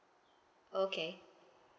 okay